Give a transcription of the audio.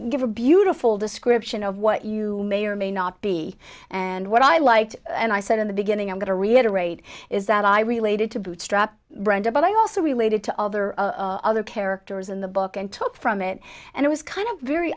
give a beautiful description of what you may or may not be and what i liked and i said in the beginning i'm going to reiterate is that i related to bootstrap brenda but i also related to other other characters in the book and took from it and it was kind of very